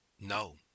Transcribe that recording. no